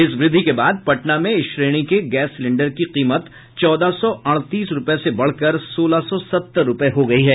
इस व्रद्धि के बाद पटना में इस श्रेणी के गैस सिलेंडर की कीमत चौदह सौ अड़तीस रूपये से बढ़कर सोलह सौ सत्तर रूपये हो गयी है